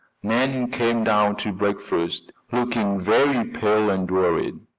nan came down to breakfast looking very pale and worried.